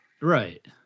Right